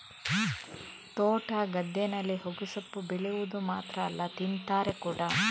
ತೋಟ, ಗದ್ದೆನಲ್ಲಿ ಹೊಗೆಸೊಪ್ಪು ಬೆಳೆವುದು ಮಾತ್ರ ಅಲ್ಲ ತಿಂತಾರೆ ಕೂಡಾ